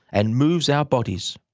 and moves our bodies.